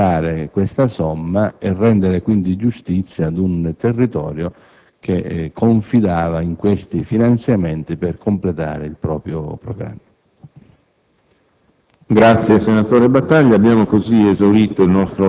comunitarie, nel 2007 si possa recuperare questa somma e rendere quindi giustizia ad un territorio che confidava in questi finanziamenti per completare il proprio programma.